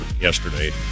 yesterday